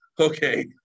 okay